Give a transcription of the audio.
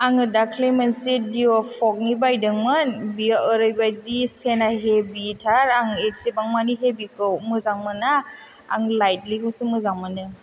आङो दाखालि मोनसे दिय' फगनि बायदोंमोन बियो ओरैबायदि चेना हेभिथार आं इसिबां मानि हेभिखौ मोजां मोना आं लाइथलिखौसो मोजां मोनो